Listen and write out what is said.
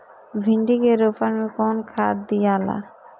भिंदी के रोपन मे कौन खाद दियाला?